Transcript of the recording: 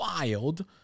wild